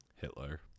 Hitler